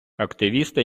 активісти